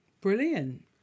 Brilliant